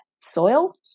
soil